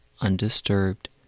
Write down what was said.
undisturbed